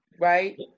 right